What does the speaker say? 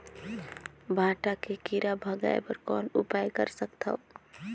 भांटा के कीरा भगाय बर कौन उपाय कर सकथव?